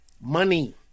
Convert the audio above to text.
money